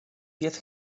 pies